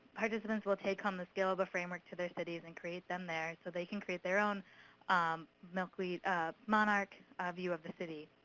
participants will take home the scale of the framework to their cities, and create them there. so they can create their own milkweed monarch view of the city.